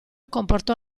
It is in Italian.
comportò